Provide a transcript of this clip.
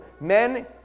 Men